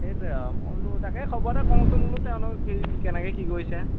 সেইটোৱে আৰু মই বোলো তাকেই খবৰ এটা কৰোঁচোন বোলো তেওঁলোকে কি কেনেকৈ কি কৰিছে